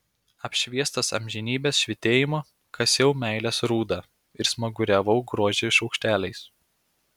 apšviestas amžinybės švytėjimo kasiau meilės rūdą ir smaguriavau grožį šaukšteliais